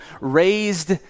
raised